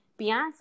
Beyonce